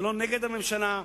זה לא נגד הממשלה,